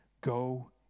go